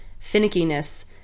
finickiness